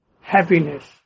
happiness